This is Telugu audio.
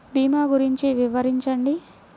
భీమా గురించి వివరించండి?